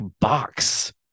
box